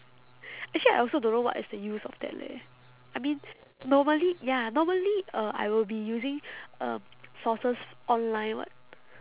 actually I also don't know what is the use of that leh I mean normally ya normally uh I will be using um sources online [what]